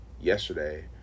yesterday